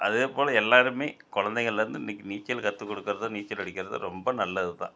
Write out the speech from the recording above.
அதே போல் எல்லோருமே கொழந்தைகள்லேர்ந்து இன்றைக்கி நீச்சல் கற்றுக் கொடுக்குறது நீச்சல் அடிக்கிறது ரொம்ப நல்லது தான்